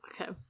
okay